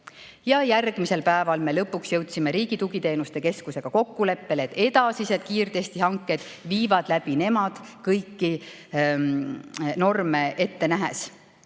Ja järgmisel päeval me lõpuks jõudsime Riigi Tugiteenuste Keskusega kokkuleppele, et edasised kiirtestihanked viivad läbi nemad kõiki norme ette nähes,